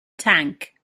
tank